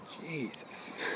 Jesus